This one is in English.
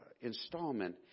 installment